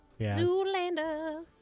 Zoolander